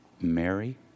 Mary